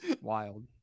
wild